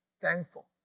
thankful